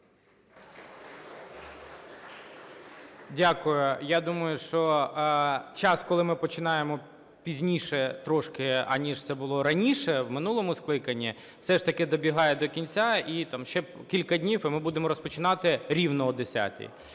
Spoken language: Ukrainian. Дякую. Я думаю, що час, коли ми починаємо пізніше трошки, аніж це було раніше в минулому скликанні все ж таки добігає до кінця і, там, ще кілька днів і ми будемо розпочинати рівно о 10-й